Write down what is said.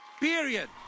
period